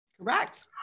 Correct